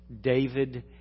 David